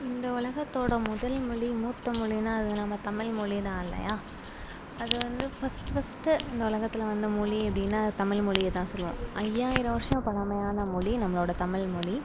இந்த உலகத்தோடய முதல் மொழி மூத்த மொழின்னா அது நம்ம தமிழ்மொழி தான் இல்லையா அது வந்து ஃபஸ்ட் ஃபஸ்ட்டு இந்த உலகத்தில் வந்த மொழி அப்படின்னா அது தமிழ்மொழியை தான் சொல்லுவோம் ஐயாயிரம் வருடம் பழமையான மொழி நம்மளோடய தமிழ்மொழி